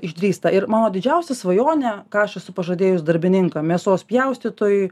išdrįsta ir mano didžiausia svajonė ką aš esu pažadėjus darbininkam mėsos pjaustytojui